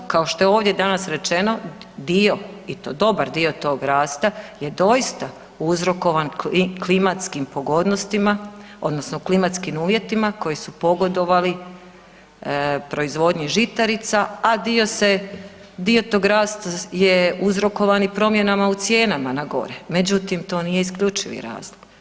Kao što je ovdje danas rečeno dio i to dobar dio tog rasta je doista uzrokovan klimatskim pogodnostima odnosno klimatskim uvjetima koji su pogodovali proizvodnji žitarica, a dio tog rasta je uzrokovan i promjenama cijenama na gore, međutim to nije isključivi razlog.